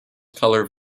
colors